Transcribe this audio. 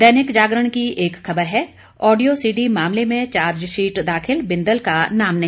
दैनिक जागरण की एक खबर है ऑडियो सीडी मामले में चार्जशीट दाखिल बिंदल का नाम नहीं